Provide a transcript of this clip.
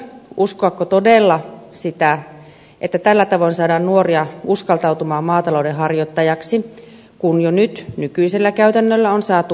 uskoako todella sitä että tällä tavoin saadaan nuoria uskaltautumaan maatalouden harjoittajaksi kun jo nyt nykyisellä käytännöllä on saatu nuoria alalle